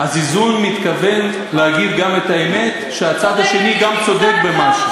אז "איזון" מתכוון להגיד גם את האמת שהצד השני גם צודק במשהו.